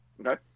Okay